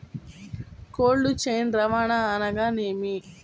Cold chain రవాణా అనగా నేమి?